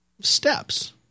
steps